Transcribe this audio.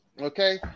Okay